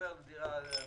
ועובר לדירה חדשה.